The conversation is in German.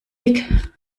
dick